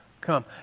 come